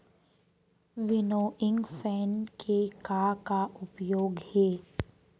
Winnowing fan के का का उपयोग हे?